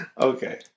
Okay